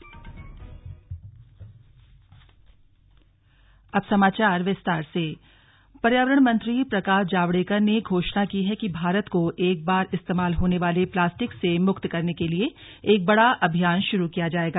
slug पर्यावरण मंत्री जावडेकर पर्यावरण मंत्री प्रकाश जावडेकर ने घोषणा की है कि भारत को एक बार इस्तेमाल होने वाली प्लास्टिक से मुक्त करने के लिए एक बड़ा अभियान शुरू किया जायेगा